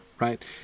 right